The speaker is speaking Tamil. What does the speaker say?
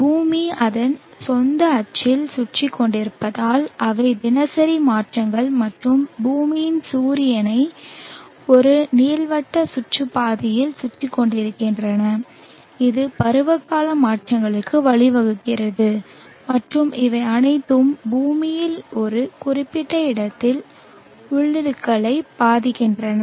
பூமி அதன் சொந்த அச்சில் சுற்றிக் கொண்டிருப்பதால் இவை தினசரி மாற்றங்கள் மற்றும் பூமியும் சூரியனை ஒரு நீள்வட்ட சுற்றுப்பாதையில் சுற்றிக் கொண்டிருக்கின்றன இது பருவகால மாற்றங்களுக்கு வழிவகுக்கிறது மற்றும் இவை அனைத்தும் பூமியில் ஒரு குறிப்பிட்ட இடத்தில் உள்ளிழுக்கலை பாதிக்கின்றன